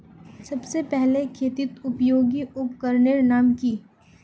सबसे पहले खेतीत उपयोगी उपकरनेर नाम की?